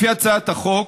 לפי הצעת החוק,